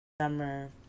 summer